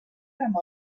amb